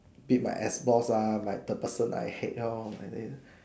beat my ex boss ah my third person I hate lor and then